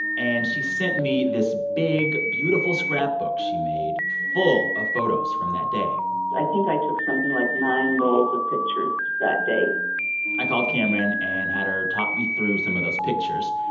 and she sent me this big, beautiful scrapbook she made full of photos from that day i think i took something like nine rolls of pictures that day i called cameron and had her talk me through some of those pictures.